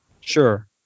Sure